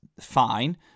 fine